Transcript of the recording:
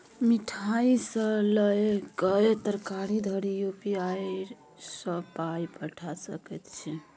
मिठाई सँ लए कए तरकारी धरि यू.पी.आई सँ पाय पठा सकैत छी